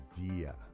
idea